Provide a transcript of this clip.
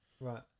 Right